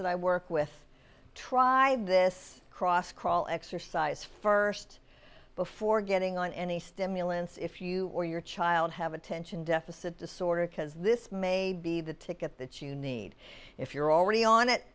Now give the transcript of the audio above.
that i work with try this cross crawl exercise first before getting on any stimulants if you or your child have attention deficit disorder because this may be the ticket that you need if you're already on it